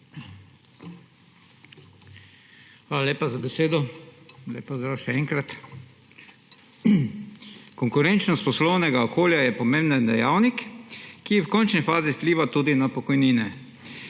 Hvala lepa za besedo. Lep pozdrav še enkrat! Konkurenčnost poslovnega okolja je pomemben dejavnik, ki v končni fazi vpliva tudi na pokojnine.